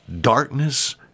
darkness